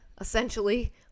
Essentially